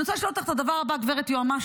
אני רוצה לשאול אותך את הדבר הבא, גברת יועמ"שית,